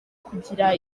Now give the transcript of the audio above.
kugira